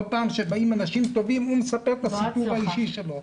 כל פעם שבאים אנשים טובים הוא מספר את הסיפור האישי שלו.